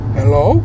hello